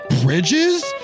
bridges